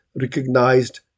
recognized